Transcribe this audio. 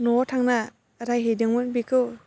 न'आव थांना रायहैदोंमोन बिखौ